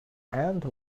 and